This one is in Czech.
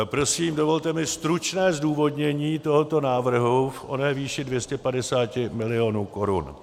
Prosím, dovolte mi stručné zdůvodnění tohoto návrhu v oné výši 250 milionů korun.